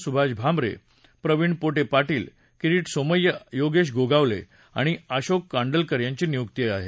सुभाष भामरे प्रवीण पोटे पाटील किरीट सोमय्या योगेश गोगावले आणि अशोक कांडलकर यांची नियुक्ती केली आहे